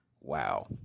Wow